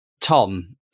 Tom